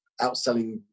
outselling